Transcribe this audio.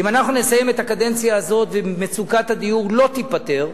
אם אנחנו נסיים את הקדנציה הזאת ומצוקת הדיור לא תיפתר,